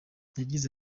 yagize